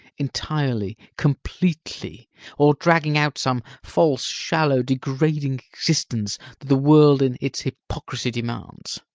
entirely, completely or dragging out some false, shallow, degrading existence that the world in its hypocrisy demands.